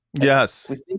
Yes